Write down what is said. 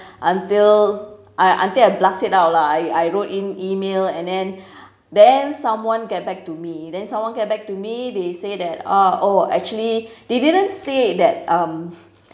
until I until I blast it out lah I I wrote in email and then then someone get back to me then someone get back to me they say that ah oh actually they didn't say that um